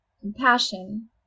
compassion